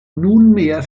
nunmehr